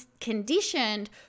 conditioned